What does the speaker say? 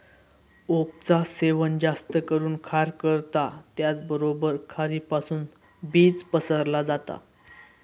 ओकचा सेवन जास्त करून खार करता त्याचबरोबर खारीपासुन बीज पसरला जाता